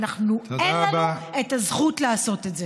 אין לנו הזכות לעשות את זה.